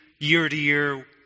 year-to-year